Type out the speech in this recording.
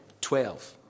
Twelve